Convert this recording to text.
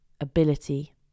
ability